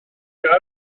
sarra